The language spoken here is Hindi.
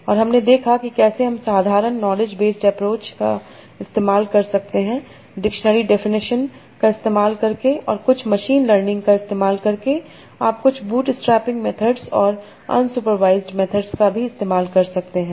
और हमने देखा की कैसे हम साधारण नॉलेज बेस्ड एप्रोच का इस्तेमाल कर सकते हैं डिक्शनरी डेफिनिशन का इस्तेमाल कर के और कुछ मशीन लर्निंग का इस्तेमाल करके आप कुछ बूटस्ट्रैपिंग मेथड्स और अनसुपरवाइज़ड मेथड्स का भी इस्तेमाल कर सकते हैं